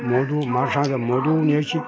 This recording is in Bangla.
মধু মারষাগ মধুও নিয়ে আসি